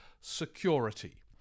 security